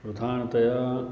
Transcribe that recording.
प्रधानतया